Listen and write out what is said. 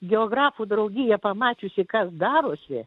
geografų draugija pamačiusi kas darosi